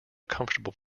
comfortable